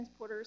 transporters